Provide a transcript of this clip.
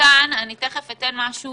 כאן אני תיכף אתן משהו,